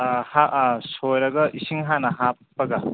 ꯑꯥ ꯁꯣꯏꯔꯒ ꯏꯁꯤꯡ ꯍꯥꯟꯅ ꯍꯥꯞꯄꯒ